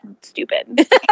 stupid